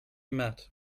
met